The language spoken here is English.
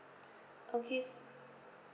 okay